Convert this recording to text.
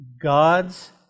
God's